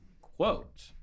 quote